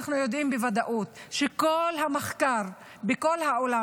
אנחנו יודעים בוודאות שכל המחקרים בכל העולם